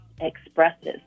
expresses